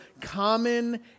common